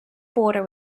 border